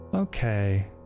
Okay